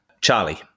Charlie